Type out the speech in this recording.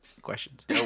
questions